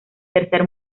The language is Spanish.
tercer